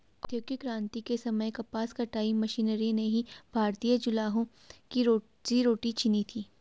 औद्योगिक क्रांति के समय कपास कताई मशीनरी ने ही भारतीय जुलाहों की रोजी रोटी छिनी थी